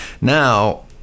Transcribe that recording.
now